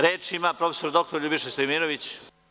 Reč ima profesor dr. Ljubiša Stojimirović.